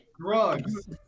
Drugs